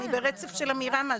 אני ברצף של אמירה משהו,